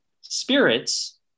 spirits